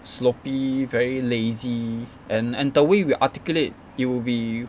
sloppy very lazy and and the way we articulate will be